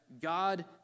God